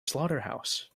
slaughterhouse